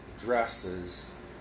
dresses